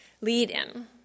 lead-in